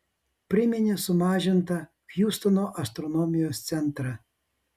priminė sumažintą hjustono astronomijos centrą